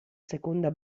seconda